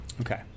Okay